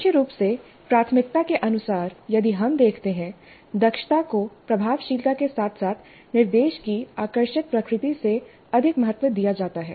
मुख्य रूप से प्राथमिकता के अनुसार यदि हम देखते हैं दक्षता को प्रभावशीलता के साथ साथ निर्देश की आकर्षक प्रकृति से अधिक महत्व दिया जाता है